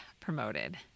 promoted